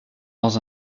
dans